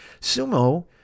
Sumo